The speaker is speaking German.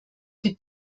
für